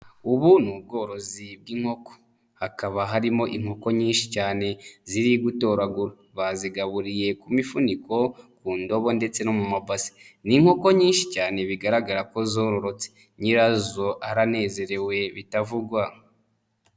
Ubu ni ubworozi bw'inkoko, hakaba harimo inkoko nyinshi cyane ziri gutoragura, bazigaburiye ku mifuniko, ku ndobo ndetse no mu mabasi. Ni inkoko nyinshi cyane bigaragara ko zororotse nyirazo aranezerewe bitavugwa.